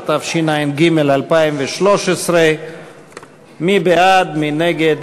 אדוני היושב-ראש, כנסת נכבדה,